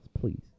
please